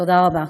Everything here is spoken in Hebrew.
תודה רבה.